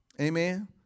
Amen